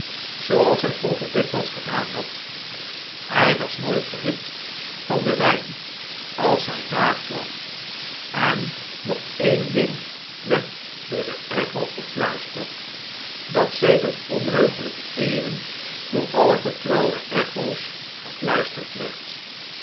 zooals hy vroeger dikwijls gedaan had hij was nooit verhit van den wijn als hij dar kwam en nog een ding werd door de echo gefluisterd dat sedert onheuglijke eeuwen door alle getrouwe echo's gefluisterd werd